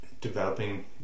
developing